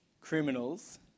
criminals